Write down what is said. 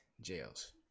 Jails